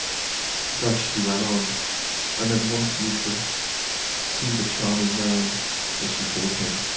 thus she ran on and then wanted me to see the charming man as she called him